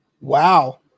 Wow